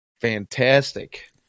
fantastic